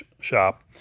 shop